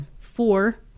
four